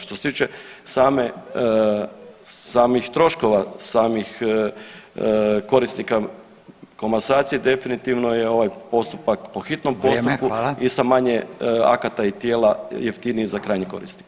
Što se tiče same, samih troškova, samih korisnika komasacije definitivno je ovaj postupak po hitnom [[Upadica: Vrijeme, hvala.]] postupku i sa manje akata i tijela jeftiniji za krajnjeg korisnika.